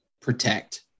protect